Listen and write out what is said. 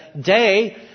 day